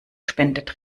spendet